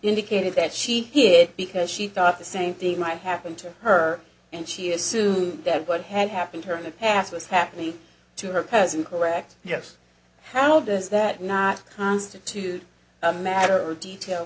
indicated that she did because she thought the same thing might happen to her and she assumed that but had happened to her in the past was happening to her present correct yes how does that not constitute a matter of detail